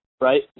right